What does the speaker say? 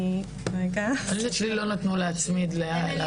אני רוצה להגיד שאנחנו קודם כל